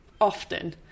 often